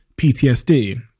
PTSD